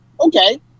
Okay